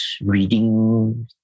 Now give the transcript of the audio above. reading